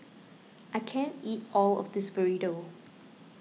I can't eat all of this Burrito